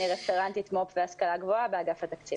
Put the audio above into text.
אני רפרנטית מו"פ והשכלה גבוהה באגף התקציבים.